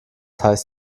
heißt